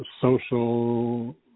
social